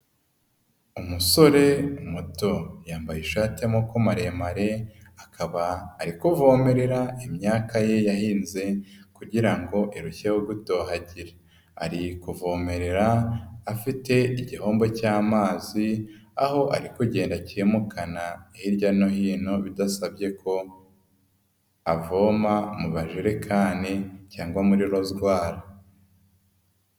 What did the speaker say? Umusore muto, yambaye ishati y'amboko maremare, akaba ari kuvomerera imyaka ye yahinze, kugira ngo irusheho gutohagira. Ari kuvomerera, afite igihombo cy'amazi, aho ari kugenda acyimukana hirya no hino, bidasabye ko avoma mu majerekani cyangwa muri rozwari.